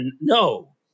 No